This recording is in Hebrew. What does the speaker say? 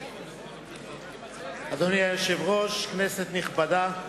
אדוני היושב-ראש, כנסת נכבדה,